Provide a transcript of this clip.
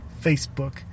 facebook